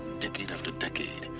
decade after decade.